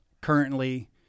currently